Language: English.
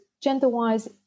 gender-wise